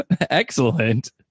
Excellent